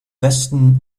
westen